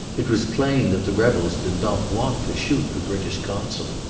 it was plain that the rebels did not want to shoot a british consul.